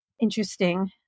interesting